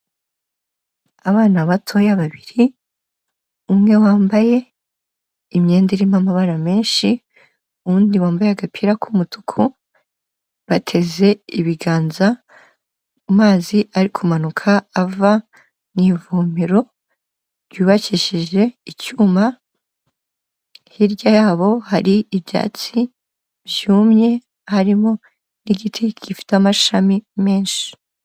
Abana batoya babiri, umwe wambaye imyenda irimo amabara menshi undi wambaye agapira k'umutuku, bateze ibiganza amazi ari kumanuka ava mu ivumero ryubakishije icyuma, hirya yabo hari ibyatsi byumye harimo igiti gifite amashami menshi.